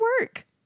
work